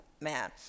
man